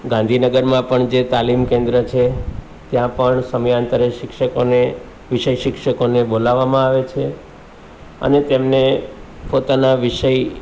ગાંધીનગરમાં પણ જે તાલીમ કેન્દ્ર છે ત્યાં પણ સમયાંતરે શિક્ષકોને વિષય શિક્ષકોને બોલાવવામાં આવે છે અને તેમને પોતાના વિષય